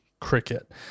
cricket